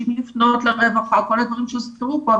לפנות לרווחה או כל הדברים שהוזכרו פה,